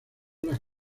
las